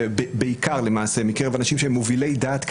בעיקר למעשה מקרב אנשים שהם מובילי דעת קהל: